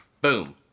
Boom